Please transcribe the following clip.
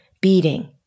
beating